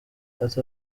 ati